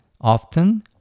often